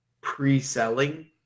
pre-selling